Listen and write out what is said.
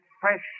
Fresh